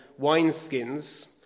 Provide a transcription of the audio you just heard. wineskins